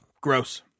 gross